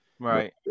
Right